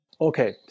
Okay